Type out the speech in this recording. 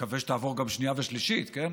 נקווה שתעבור גם בשנייה ושלישית, כן?